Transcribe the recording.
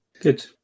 Good